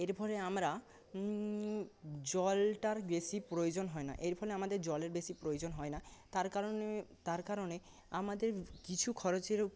এর ফলে আমরা জলটার বেশি প্রয়োজন হয় না এর ফলে আমাদের জলের বেশি প্রয়োজন হয় না তার কারণে তার কারণে আমাদের কিছু খরচের